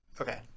Okay